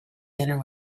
dinner